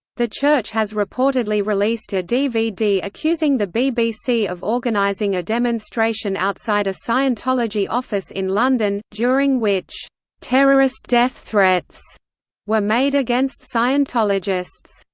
the church has reportedly released a dvd accusing the bbc of organising a demonstration outside a scientology office in london, during which terrorist death threats were made against scientologists.